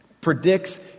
predicts